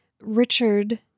Richard